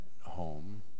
home